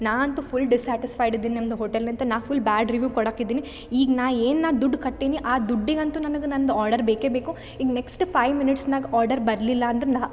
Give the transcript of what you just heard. ನಾ ಅಂತು full dissatisfied ಇದೀನಿ ನಿಮ್ದು ಹೋಟೆಲ್ ನಿಂದ ನಾ ಫುಲ್ ಬ್ಯಾಡ್ ರಿವೀವ್ ಕೊಡಾಕಿದೀನಿ ಈಗ ನಾ ಏನ್ನ ದುಡ್ಡು ಕಟ್ಟೀನಿ ಆ ದುಡ್ಡಿಗಂತು ನನಗೆ ನಂದು ಆರ್ಡರ್ ಬೇಕೇ ಬೇಕು ಈಗ ನೆಕ್ಸ್ಟ್ ಫೈವ್ ಮಿನಿಟ್ಸ್ನಾಗಿ ಆರ್ಡರ್ ಬರಲಿಲ್ಲ ಅಂದ್ರೆ